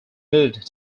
moved